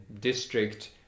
district